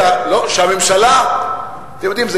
אתם יודעים,